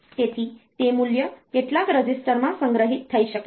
તેથી તે મૂલ્ય કેટલાક રજિસ્ટરમાં સંગ્રહિત થઈ શકે છે